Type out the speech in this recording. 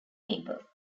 people